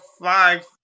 five